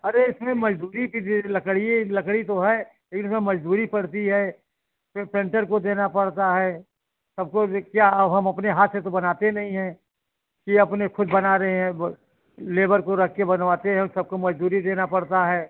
अरे इसमें मजबूरी की लकड़ी लकड़ी तो है लेकिन इसमें मजदूरी पड़ती है सेंटर को देना पड़ता है सबको दक्के और हम अपने हाथ से तो बनाते नहीं है कि अपने खुद बना रहे वो लेबर को रख कर बनवाते हैं सबको मजदूरी देना पड़ता है